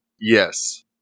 Yes